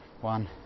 one